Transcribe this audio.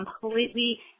completely